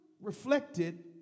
reflected